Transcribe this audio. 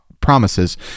promises